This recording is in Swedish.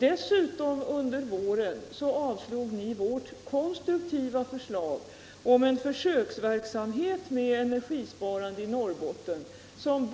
Dessutom avstyrkte ni under våren vårt förslag om en försöksverksamhet med energisparande i Norrbotten, som